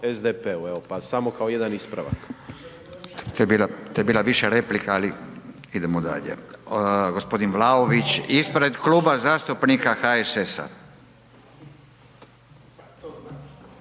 SDP-u, evo, pa samo kao jedan ispravak. **Radin, Furio (Nezavisni)** To je bila više replika, ali idemo dalje, gospodin Vlaović ispred Kluba zastupnika HSS-a.